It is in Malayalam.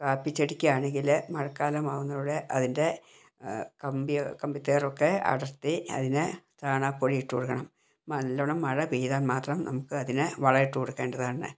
കാപ്പി ചെടിക്കാണെങ്കില് മഴക്കാലമാവുമ്പോഴ് അതിൻ്റെ ഏ കമ്പിയൊ കമ്പിതേരൊക്കെ അടർത്തി അതിനെ ചാണാപ്പൊടി ഇട്ടു കൊടുക്കണം നല്ലോണം മഴ പെയ്താൽ മാത്രം നമ്മ്ക്ക് അതിനെ വള ഇട്ട് കൊടുക്കേണ്ടതാണ്